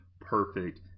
perfect